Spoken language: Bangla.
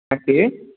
হ্যাঁ কে